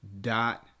Dot